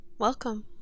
Welcome